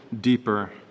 deeper